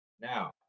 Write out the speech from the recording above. Now